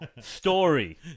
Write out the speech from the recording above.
Story